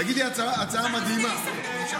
תגידי שזאת הצעה מדהימה.